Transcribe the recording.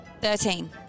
Thirteen